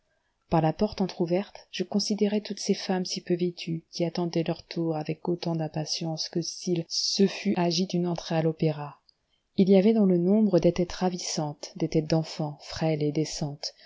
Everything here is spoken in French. par la porte entr'ouverte je considérais toutes ces femmes si peu vêtues qui attendaient leur tour avec autant d'impatience que s'il se fût agi d'une entrée à l'opéra il y avait dans le nombre des têtes ravissantes des têtes d'enfant frêles et décentes